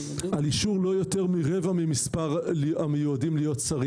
"אישור לא יותר מרבע ממספר המיועדים להיות שרים".